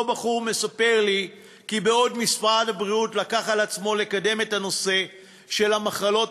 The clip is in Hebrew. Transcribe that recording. אותו בחור מספר לי כי משרד הבריאות לקח על עצמו לקדם את הנושא של המחלות